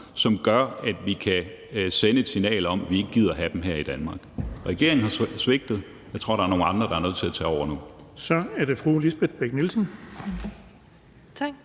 som gør, at vi kan sende et signal om, at vi ikke gider have dem her i Danmark. Regeringen har svigtet; jeg tror, der er nogle andre, der er nødt til at tage over nu.